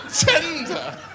Tender